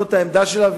זאת העמדה שלה,